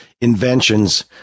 inventions